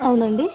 అవునండి